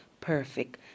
perfect